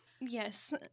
Yes